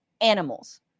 animals